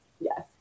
Yes